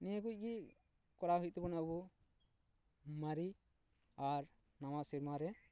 ᱱᱤᱭᱟᱹ ᱠᱚᱜᱮ ᱠᱚᱨᱟᱣ ᱦᱩᱭᱩᱜ ᱛᱟᱵᱚᱱᱟ ᱟᱵᱚ ᱢᱟᱨᱮ ᱟᱨ ᱱᱟᱣᱟ ᱥᱮᱨᱢᱟ ᱨᱮ